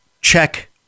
check